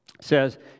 says